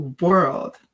world